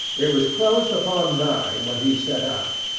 it was close upon nine when he set out.